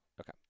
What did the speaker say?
Okay